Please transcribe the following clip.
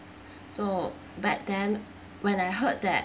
so back then when I heard that